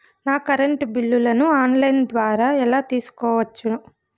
నా కరెంటు బిల్లులను online ద్వారా ఎలా తెలుసుకోవచ్చు?